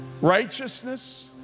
righteousness